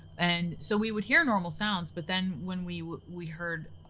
and so we would hear normal sounds, but then when we we heard